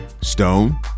stone